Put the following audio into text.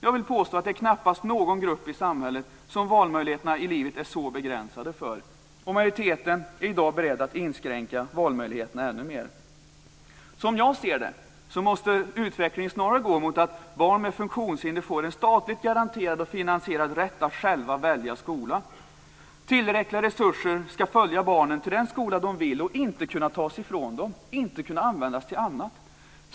Jag vill påstå att det är knappast någon grupp i samhället som valmöjligheterna i livet är så begränsade för, och majoriteten är i dag beredd att inskränka valmöjligheterna ännu mera. Som jag ser det måste utvecklingen snarare gå mot att barn med funktionshinder får en statligt garanterad och finansierad rätt att själva välja skola. Tillräckliga resurser ska följa barnen till den skola som de väljer och inte kunna tas ifrån dem, inte kunna användas till annat.